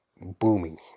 booming